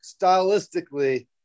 stylistically